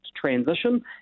transition